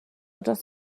dros